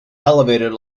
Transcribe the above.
elevated